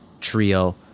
trio